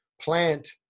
plant